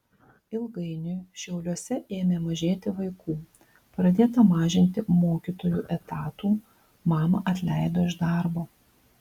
ilgainiui šiauliuose ėmė mažėti vaikų pradėta mažinti mokytojų etatų mamą atleido iš darbo